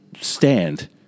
stand